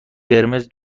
قرمز